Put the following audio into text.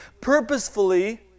purposefully